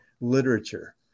literature